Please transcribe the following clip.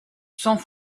sans